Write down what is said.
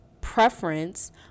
preference